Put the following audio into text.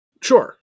Sure